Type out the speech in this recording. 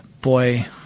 boy